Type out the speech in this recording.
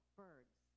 birds